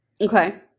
okay